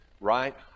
right